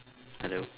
hello